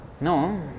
No